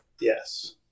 Yes